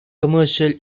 commercial